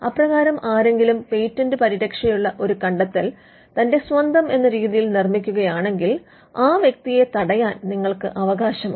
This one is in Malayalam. അപ്രകാരം ആരെങ്കിലും പേറ്റന്റ് പരിരക്ഷയുള്ള ഒരു കണ്ടത്തെൽ തന്റെ സ്വന്തം എന്ന രീതിയിൽ നിർമ്മിക്കുകയാണെങ്കിൽ ആ വ്യക്തിയെ തടയാൻ നിങ്ങൾക്ക് അവകാശമുണ്ട്